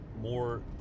more